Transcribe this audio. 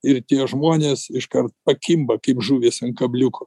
ir tie žmonės iškart pakimba kaip žuvys ant kabliuko